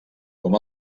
com